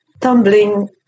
tumbling